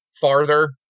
farther